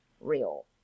real